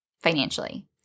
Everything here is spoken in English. financially